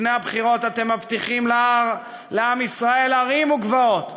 לפני הבחירות אתם מבטיחים לעם ישראל הרים וגבעות,